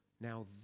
now